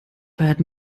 feiert